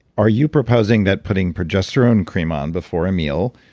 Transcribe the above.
are you proposing that putting progesterone cream on before a meal